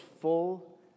full